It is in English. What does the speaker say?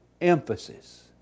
emphasis